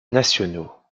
nationaux